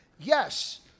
Yes